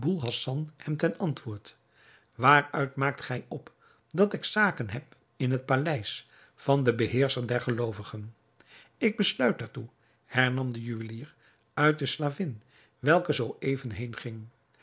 hem ten antwoord waaruit maakt gij op dat ik zaken heb in het paleis van den beheerscher der geloovigen ik besluit daartoe hernam de juwelier uit de slavin welke zoo even heenging